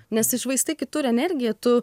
nesišvaistai kitur energija tu